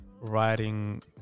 writing